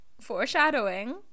foreshadowing